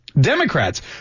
Democrats